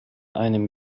einem